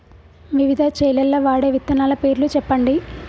వివిధ చేలల్ల వాడే విత్తనాల పేర్లు చెప్పండి?